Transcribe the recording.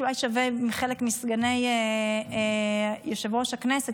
שאולי שווה עם חלק מסגני יושב-ראש הכנסת